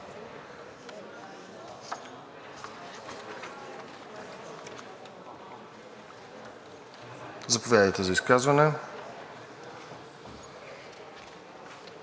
Заповядайте за изказване.